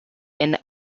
and